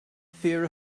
fear